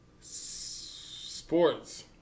Sports